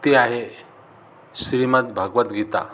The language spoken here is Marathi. ते आहे श्रीमद्भगवद्गीता